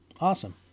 Awesome